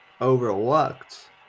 Overlooked